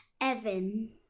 Evan